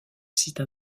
site